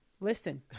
listen